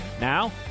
Now